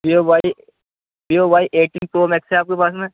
view Y Vivo Y eighteen pro max ہے آپ کے پاس میں